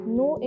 no